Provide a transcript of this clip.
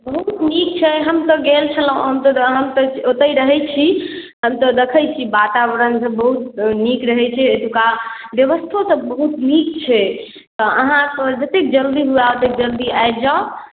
खूब नीक छै हम तऽ गेल छलहुँ हम तऽ हम तऽ ओतहि रहै छी हम तऽ देखै छी वातावरण सभ बहुत नीक रहै छै एतुक्का व्यवस्थो सभ बहुत नीक छै तऽ अहाँकेँ जतेक जल्दी हुए ओतेक जल्दी आबि जाउ